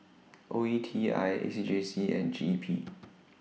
O E T I A C J C and G E P